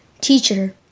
Teacher